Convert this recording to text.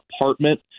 apartment